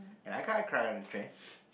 and I kind of cry on the train